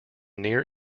near